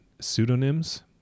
pseudonyms